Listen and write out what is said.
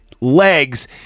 legs